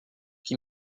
qui